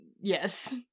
Yes